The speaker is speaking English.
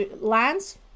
lands